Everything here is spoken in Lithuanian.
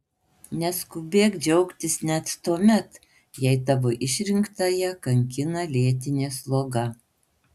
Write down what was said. neskubėk džiaugtis net tuomet jei tavo išrinktąją kankina lėtinė sloga